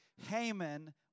Haman